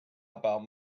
about